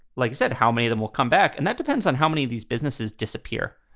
like you said how many them will come back. and that depends on how many of these businesses disappear.